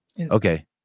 Okay